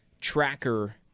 tracker